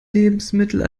lebensmittel